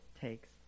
takes